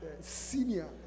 Senior